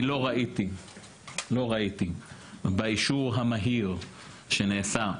אני לא ראיתי באישור המהיר שנעשה,